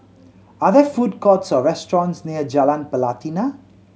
are there food courts or restaurants near Jalan Pelatina